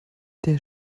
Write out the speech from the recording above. der